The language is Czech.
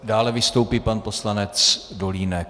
Dále vystoupí pan poslanec Dolínek.